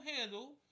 handle